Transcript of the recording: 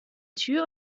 tür